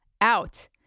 out